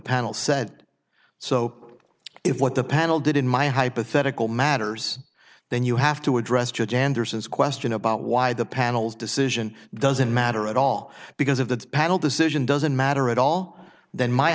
panel said so if what the panel did in my hypothetical matters then you have to address judge anderson's question about why the panel's decision doesn't matter at all because of the panel decision doesn't matter at all then my